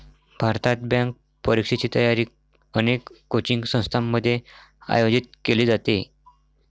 भारतात, बँक परीक्षेची तयारी अनेक कोचिंग संस्थांमध्ये आयोजित केली जाते